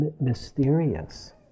mysterious